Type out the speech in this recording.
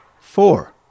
four